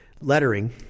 lettering